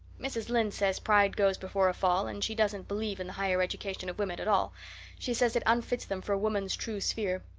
mrs. lynde says pride goes before a fall and she doesn't believe in the higher education of women at all she says it unfits them for woman's true sphere.